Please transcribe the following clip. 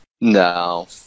No